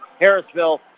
Harrisville